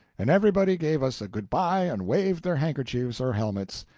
and everybody gave us a goodbye and waved their handkerchiefs or helmets.